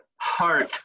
heart